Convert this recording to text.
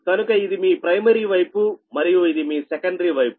కనుక ఇది మీ ప్రైమరీ వైపు మరియు ఇది మీ సెకండరీ వైపు